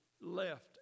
left